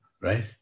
right